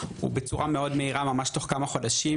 ובצורה מאוד מהירה ממש תוך כמה חודשים,